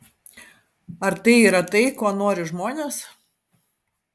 ar tai yra tai ko nori žmonės